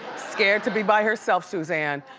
scared to be by herself, suzanne.